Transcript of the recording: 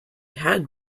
had